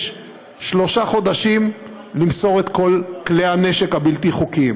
יש שלושה חודשים למסור את כל כלי הנשק הבלתי-חוקיים,